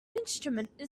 instrument